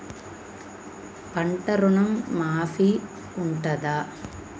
పంట ఋణం మాఫీ ఉంటదా?